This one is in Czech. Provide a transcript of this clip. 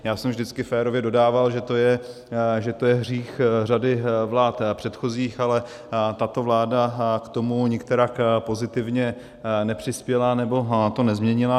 Já jsem vždycky férově dodával, že to je hřích řady vlád předchozích, ale tato vláda k tomu nikterak pozitivně nepřispěla, nebo to nezměnila.